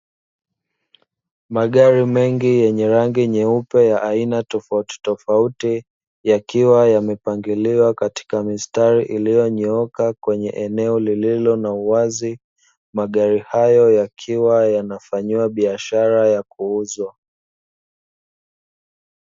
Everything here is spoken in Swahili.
Magari mengi yenye rangi nyeupe ya aina tofauti tofauti yakiwa yamepangiliwa katika mistari iliyonyooka kwenye eneo lililo na uwazi. Magari hayo yakiwa yanafanyiwa biashara ya kuuzwa.